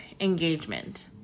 engagement